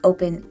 Open